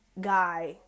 guy